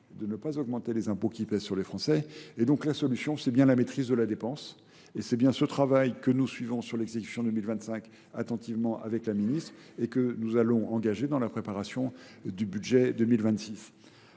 de ne pas augmenter les impôts qui pèsent sur les Français. Et donc la solution c'est bien la maîtrise de la dépense et c'est bien ce travail que nous suivons sur l'exécution 2025 attentivement avec la ministre et que nous allons engager dans la préparation du budget 2026.